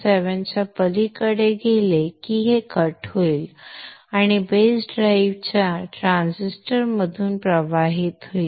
7 च्या पलीकडे गेले की हे कट होईल आणि बेस ड्राइव्ह या ट्रान्झिस्टरमधून प्रवाहित होईल